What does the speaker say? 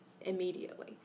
immediately